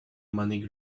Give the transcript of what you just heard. money